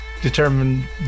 determined